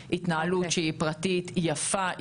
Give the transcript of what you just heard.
זו התנהלות שהיא פרטית, יפה.